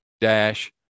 dash